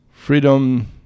Freedom